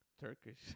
Turkish